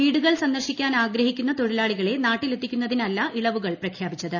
വീടുകൾ സന്ദർശിക്കാൻ ആഗ്രഹിക്കുന്ന തൊഴിലാളികളെ നാട്ടിലെത്തിക്കുന്നതിനല്ല ഇളവുകൾ പ്രഖ്യാപിച്ചത്